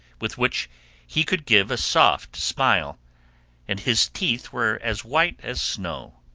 with which he could give a soft smile and his teeth were as white as snow.